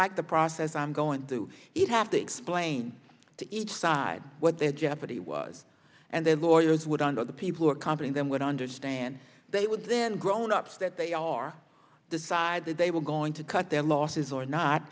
like the process i'm going to have to explain to each side what their jeopardy was and their lawyers would under the people who are competent them would understand they would then grownups that they are decided they were going to cut their losses or not